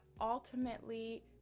ultimately